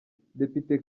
depite